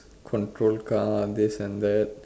control car this and that